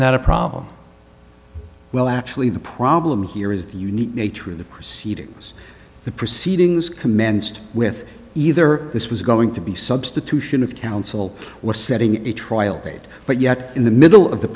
not a problem well actually the problem here is the unique nature of the proceedings the proceedings commenced with either this was going to be substitution of counsel or setting a trial date but yet in the middle of the